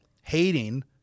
hating